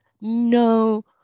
no